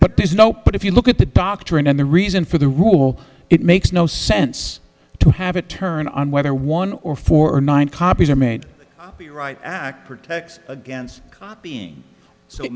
but there's no but if you look at the doctrine and the reason for the rule it makes no sense to have it turn on whether one or four nine copies are meant to be right back protects against copying so